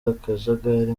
akajagari